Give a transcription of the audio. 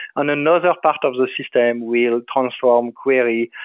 and another part of the system will come from query.